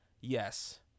Yes